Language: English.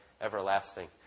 everlasting